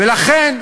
ולכן,